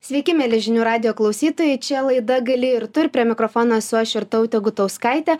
sveiki mieli žinių radijo klausytojai čia laida gali ir tu ir prie mikrofono su aš ir jurtautė gutauskaitė